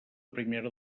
primera